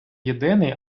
єдиний